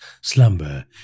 slumber